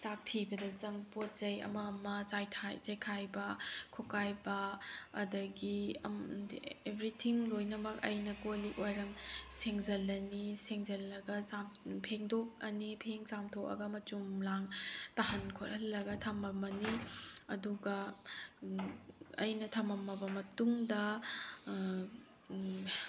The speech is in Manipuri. ꯆꯥꯛ ꯊꯤꯕꯗ ꯆꯪꯕ ꯄꯣꯠ ꯆꯩ ꯑꯃ ꯑꯃ ꯆꯥꯏꯈꯥꯏꯕ ꯈꯣꯠꯀꯥꯏꯕ ꯑꯗꯒꯤ ꯑꯦꯚꯔꯤꯊꯤꯡ ꯂꯣꯏꯅꯃꯛ ꯑꯩꯅ ꯀꯣꯟꯂꯤꯛ ꯋꯥꯏꯔꯝ ꯁꯦꯡꯖꯤꯜꯂꯅꯤ ꯁꯦꯡꯖꯤꯜꯂꯒ ꯐꯦꯡꯗꯣꯛꯑꯅꯤ ꯐꯦꯡ ꯆꯝꯊꯣꯛꯑꯒ ꯃꯆꯨꯝ ꯂꯥꯡ ꯇꯥꯍꯟ ꯈꯣꯠꯍꯜꯂꯒ ꯊꯃꯝꯃꯅꯤ ꯑꯗꯨꯒ ꯑꯩꯅ ꯊꯃꯝꯃꯕ ꯃꯇꯨꯡꯗ